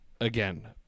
again